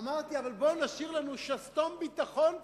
אמרתי: אבל בואו נשאיר לנו שסתום ביטחון קטן,